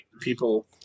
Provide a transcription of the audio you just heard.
People